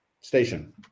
station